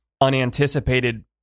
unanticipated